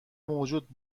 موجود